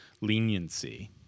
leniency